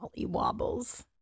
Wobbles